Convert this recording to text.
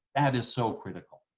that is so critical.